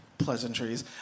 pleasantries